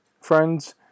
Friends